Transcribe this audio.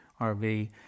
RV